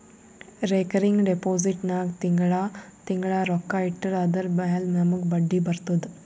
recurring deposit ನಾಗ್ ತಿಂಗಳಾ ತಿಂಗಳಾ ರೊಕ್ಕಾ ಇಟ್ಟರ್ ಅದುರ ಮ್ಯಾಲ ನಮೂಗ್ ಬಡ್ಡಿ ಬರ್ತುದ